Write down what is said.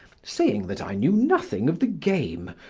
saying that i knew nothing of the game,